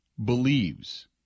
believes